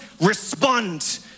respond